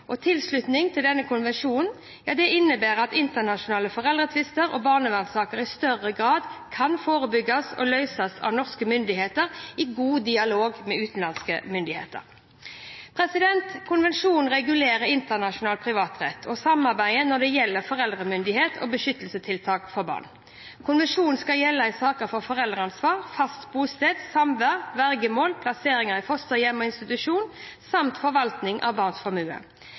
vanskelig. Tilslutning til denne konvensjonen innebærer at internasjonale foreldretvister og barnevernssaker i større grad kan forebygges og løses av norske myndigheter, i god dialog med utenlandske myndigheter. Konvensjonen regulerer internasjonal privatrett og samarbeid når det gjelder foreldremyndighet og beskyttelsestiltak for barn. Konvensjonen skal gjelde i saker om foreldreansvar, fast bosted, samvær, vergemål, plasseringer i fosterhjem og institusjon samt forvaltning av barnets formue.